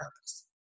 purpose